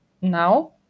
now